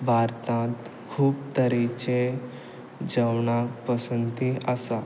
भारतांत खूब तरेचे जेवणाक पसंती आसा